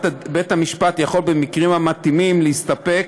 בית-המשפט יכול במקרים המתאימים להסתפק